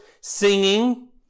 singing